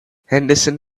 henderson